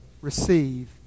receive